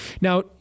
Now